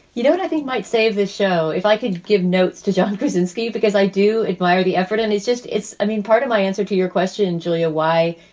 you know what i think might save this show if i could give notes to john krasinski, because i do admire the effort. and he's just it's i mean, part of my answer to your question, julia. why?